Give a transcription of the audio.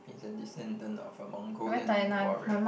he's a descendent of a Mongolian warrior